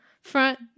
front